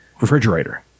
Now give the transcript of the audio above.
refrigerator